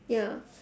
ya